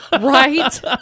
Right